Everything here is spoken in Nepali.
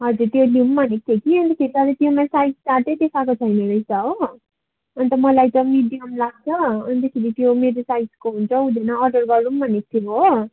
हजुर त्यो लिऊँ भनेको थिएँ कि अन्तखेरि तर त्यसमा साइज चार्ट नै देखाएको छैन हो अन्त मलाई त मिडियम लाग्छ अन्तखेरि त्यो मेरो साइजको हुन्छ हुँदैन अर्डर गरौँ भनेको थिएँ हो